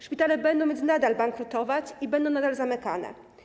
Szpitale będą więc nadal bankrutować i będą nadal zamykane.